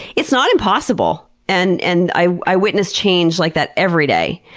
it's not impossible and and i i witness change like that every day,